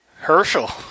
Herschel